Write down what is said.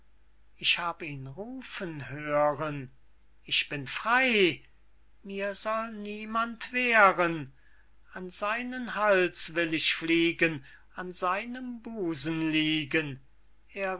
ich hab ihn rufen hören ich bin frey mir soll niemand wehren an seinen hals will ich fliegen an seinem busen liegen